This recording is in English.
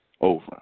over